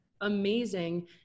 amazing